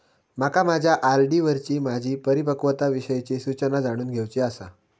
माका माझ्या आर.डी वरची माझी परिपक्वता विषयची सूचना जाणून घेवुची आसा